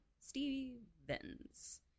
Stevens